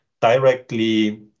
directly